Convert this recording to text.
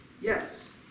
Yes